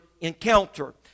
encounter